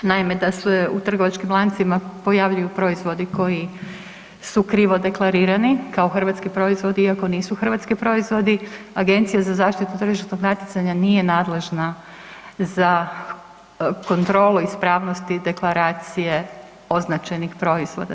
Naime da se u trgovačkim lancima pojavljuju proizvodi koji su krivo deklarirani, kao hrvatski proizvodi iako nisu hrvatski proizvodi, Agencija za zaštitu tržišnog natjecanja nije nadležna za kontrolu i ispravnosti deklaracije označenih proizvoda.